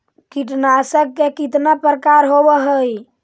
कीटनाशक के कितना प्रकार होव हइ?